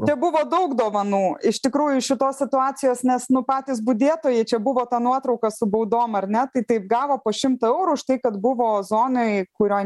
tebuvo daug dovanų iš tikrųjų šitos situacijos nes nu patys budėtojai čia buvo ta nuotrauka su baudom ar ne tai taip gavo po šimtą eurų už tai kad buvo zonoj kurioj